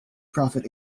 prophet